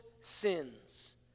sins